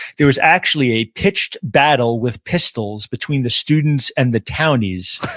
there was actually a pitched battle with pistols between the students and the townies.